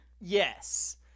Yes